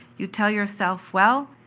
you tell yourself, well,